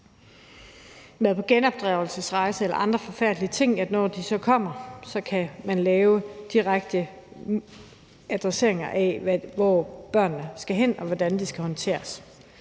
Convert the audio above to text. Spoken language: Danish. på genopdragelsesrejse eller andre forfærdelige ting, så kommer her, kan man lave direkte adresseringer af, hvor børnene skal hen, og hvordan de skal håndteres.